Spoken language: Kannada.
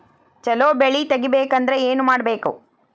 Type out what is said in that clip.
ಛಲೋ ಬೆಳಿ ತೆಗೇಬೇಕ ಅಂದ್ರ ಏನು ಮಾಡ್ಬೇಕ್?